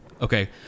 Okay